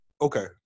okay